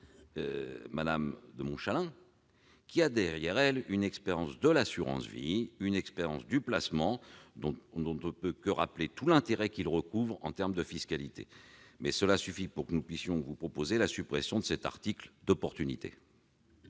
Mme de Montchalain, qui a derrière elle une expérience de l'assurance vie, du placement dont on ne peut que rappeler tout l'intérêt qu'il recouvre en termes de fiscalité. Mais cela suffit pour que nous puissions vous proposer la suppression de cet article d'opportunité.